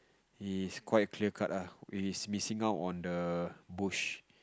he is quite clear cut ah he is missing out on the bush